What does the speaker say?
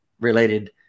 related